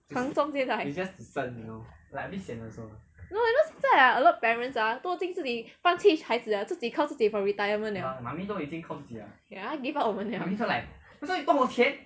传宗接代 no you know 现在 ah a lot parents ah 都已经放弃孩子了自己靠自己 for retirement 了 ya give up on 我们了她 give up on 我们了